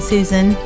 Susan